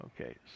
Okay